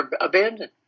abandoned